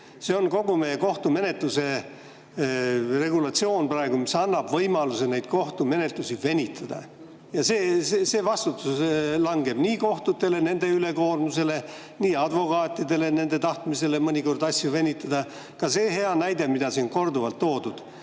praegu kogu meie kohtumenetluse regulatsioon, mis annab võimaluse neid kohtumenetlusi venitada. Vastutus langeb nii kohtutele ja nende ülekoormusele kui ka advokaatidele ja nende tahtmisele mõnikord asju venitada. Ka selle hea näite puhul, mida siin korduvalt on toodud